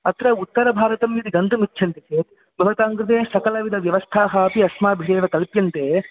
अत्र उत्तरभारतं यदि गन्तुमिच्छन्ति चेत् भवतां कृते सकलविधव्यवस्थाः अपि अस्माभिरेव कल्प्यन्ते